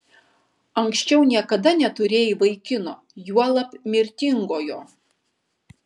anksčiau niekada neturėjai vaikino juolab mirtingojo